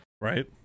right